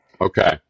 Okay